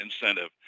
incentive